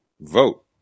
vote